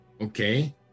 Okay